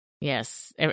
Yes